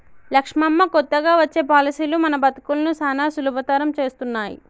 లక్ష్మమ్మ కొత్తగా వచ్చే పాలసీలు మన బతుకులను సానా సులభతరం చేస్తున్నాయి